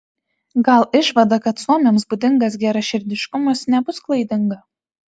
gal išvada kad suomiams būdingas geraširdiškumas nebus klaidinga